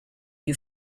you